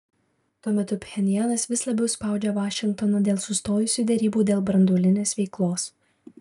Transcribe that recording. tuo metu pchenjanas vis labiau spaudžia vašingtoną dėl sustojusių derybų dėl branduolinės veiklos